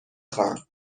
خواهم